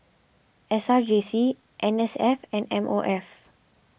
S R J C N S F and M O F